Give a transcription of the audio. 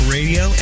Radio